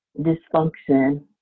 dysfunction